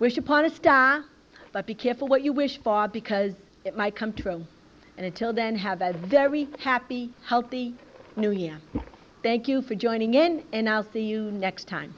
wish upon a star but be careful what you wish for because it might come true and until then have a very happy healthy new year thank you for joining in and i'll see you next time